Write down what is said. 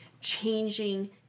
changing